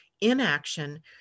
inaction